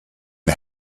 and